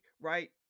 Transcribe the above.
right